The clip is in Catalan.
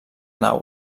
nau